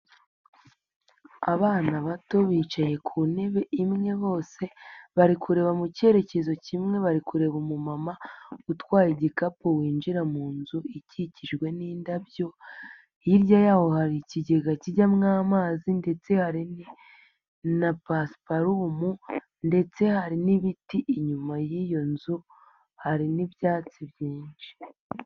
Abana bato bicaye ku ntebe imwe bose bari kureba mu kerekezo kimwe bari kureba umumama utwaye igikapu winjira mu nzu ikikijwe n'indabyo, hirya y'aho hari ikigega kijyamo amazi ndetse hari na pasiparumu ndetse hari n'ibiti inyuma y'iyo nzu, hari n'ibyatsi byinshi.